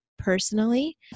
personally